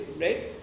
right